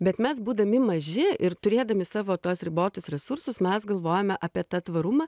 bet mes būdami maži ir turėdami savo tuos ribotus resursus mes galvojome apie tą tvarumą